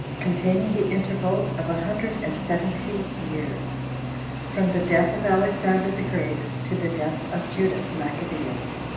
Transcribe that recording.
containing the interval of a hundred and seventy years from the death of alexander the great to the death of judas maccabeus.